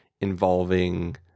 involving